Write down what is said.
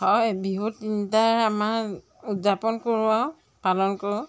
হয় বিহু তিনিটাই আমাৰ উদযাপন কৰোঁ আৰু পালন কৰোঁ